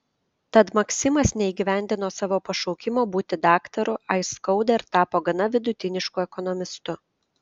tad maksimas neįgyvendino savo pašaukimo būti daktaru aiskauda ir tapo gana vidutinišku ekonomistu